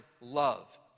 love